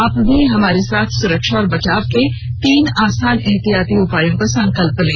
आप भी हमारे साथ सुरक्षा और बचाव के तीन आसान एहतियाती उपायों का संकल्प लें